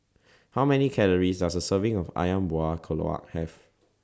How Many Calories Does A Serving of Ayam Buah Keluak Have